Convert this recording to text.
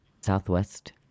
Southwest